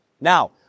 Now